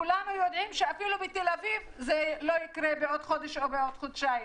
כולנו יודעים שאפילו בתל-אביב זה לא יקרה בעוד חודש או חודשיים.